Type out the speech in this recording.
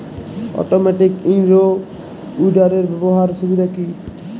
Automatic in row উইডারের ব্যবহারের সুবিধা কি?